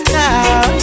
now